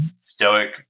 stoic